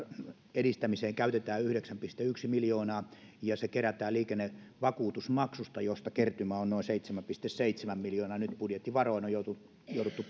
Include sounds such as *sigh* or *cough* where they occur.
edistämiseen käytetään yhdeksän pilkku yksi miljoonaa ja se kerätään liikennevakuutusmaksuista joista kertymä on noin seitsemän pilkku seitsemän miljoonaa ja nyt on budjettivaroista jouduttu *unintelligible*